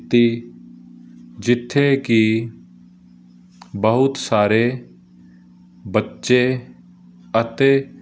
ਇਸ ਦੇ ਪ੍ਰਮੁੱਖ ਤੱਤ ਹਨ ਲੋਕ ਸ਼ਿਲਪਕਾਰੀ ਦਾ